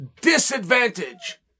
disadvantage